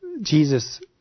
Jesus